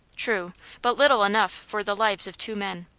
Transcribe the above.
true but little enough for the lives of two men.